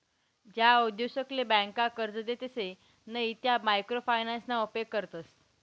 ज्या उद्योगसले ब्यांका कर्जे देतसे नयी त्या मायक्रो फायनान्सना उपेग करतस